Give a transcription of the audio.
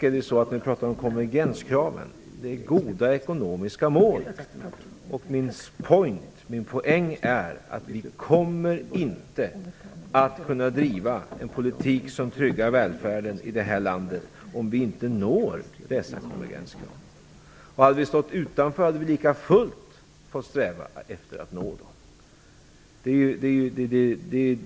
Konvergenskraven gäller goda ekonomiska mål. Min poäng är att vi kommer inte att kunna driva en politik som tryggar välfärden i det här landet om vi inte når upp till dessa konvergenskrav. Hade vi stått utanför EU hade vi likafullt fått sträva efter att nå dem.